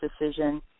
decision